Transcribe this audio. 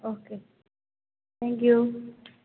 okay thank you